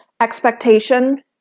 Expectation